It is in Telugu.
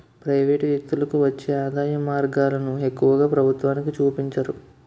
ప్రైవేటు వ్యక్తులకు వచ్చే ఆదాయం మార్గాలను ఎక్కువగా ప్రభుత్వానికి చూపించరు